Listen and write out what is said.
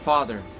Father